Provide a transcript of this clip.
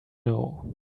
know